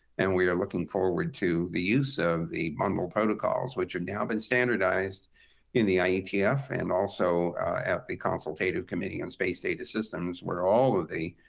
and we are looking forward to the use of the bundle protocols, which have now been standardized in the ietf and also at the consultative committee on space data systems, where all of the